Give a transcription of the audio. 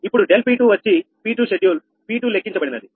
ఇప్పుడు ∆𝑃2 వచ్చి P2 షెడ్యూల్P2 లెక్కించబడినది